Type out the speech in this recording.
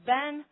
Ben